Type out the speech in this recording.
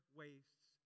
wastes